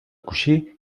coixí